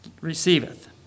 receiveth